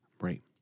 Right